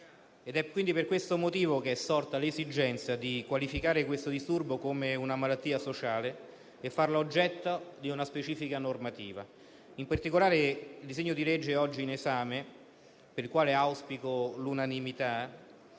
È quindi per questo motivo che è sorta l'esigenza di qualificare questo disturbo come una malattia sociale e farla oggetto di una specifica normativa. In particolare il disegno di legge oggi in esame, per il quale auspico l'unanimità,